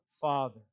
Father